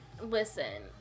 Listen